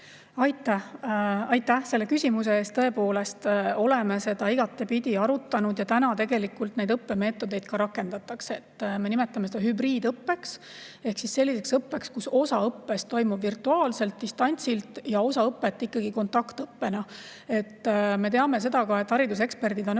Aitäh selle küsimuse eest! Tõepoolest oleme seda igatpidi arutanud ja tegelikult selliseid õppemeetodeid ka rakendatakse. Me nimetame seda hübriidõppeks ehk selliseks õppeks, kus osa õppest toimub virtuaalselt, distantsilt, ja osa õpet toimub ikkagi kontaktõppena. Me teame seda, hariduseksperdid on öelnud,